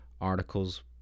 articles